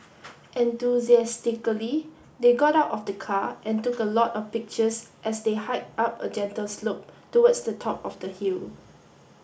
enthusiastically they got out of the car and took a lot of pictures as they hiked up a gentle slope towards the top of the hill